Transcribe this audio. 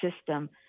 system